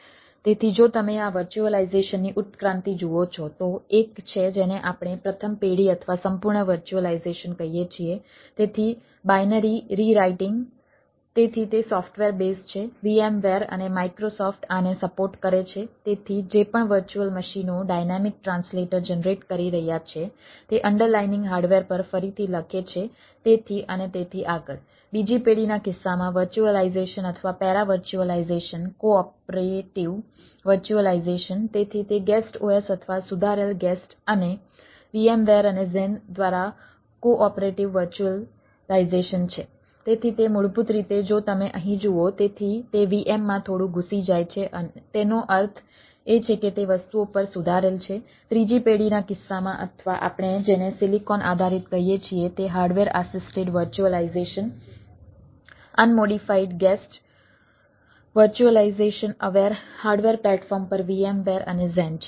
તેથી જો તમે આ વર્ચ્યુઅલાઈઝેશનની ઉત્ક્રાંતિ જુઓ છો તો એક છે જેને આપણે પ્રથમ પેઢી અથવા સંપૂર્ણ વર્ચ્યુઅલાઈઝેશન કહીએ છીએ તેથી બાઈનરી રીરાઈટીંગ હાર્ડવેર પ્લેટફોર્મ પર VMવેર અને ઝેન છે